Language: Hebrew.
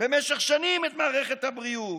במשך שנים את מערכת הבריאות,